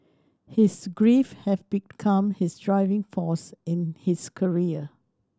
his grief have become his driving force in his career